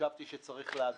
חשבתי שצריך להגיד,